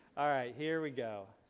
alright here we go.